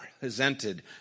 presented